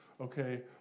Okay